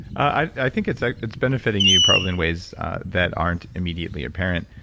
i think it's like it's benefiting you probably in ways that aren't immediately apparent.